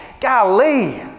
Golly